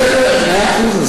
בסדר, מאה אחוז.